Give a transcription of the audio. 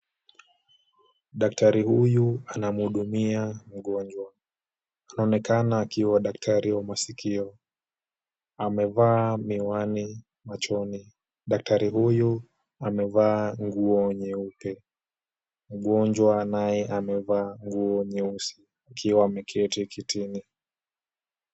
Daktari huyu anamuhudumia mgonjwa. Anaonekana akiwa daktari wa masikio. Amevaa miwani machoni. Daktari huyu amevaa nguo nyeupe. Mgonjwa naye amevaa nguo nyeusi akiwa ameketi kitini.